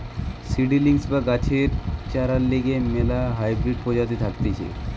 seedlings বা গাছের চরার লিগে ম্যালা হাইব্রিড প্রজাতি থাকতিছে